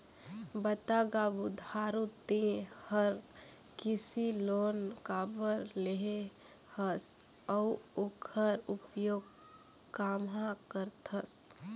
बता गा बुधारू ते हर कृसि लोन काबर लेहे हस अउ ओखर उपयोग काम्हा करथस